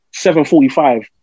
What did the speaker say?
7.45